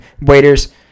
Waiters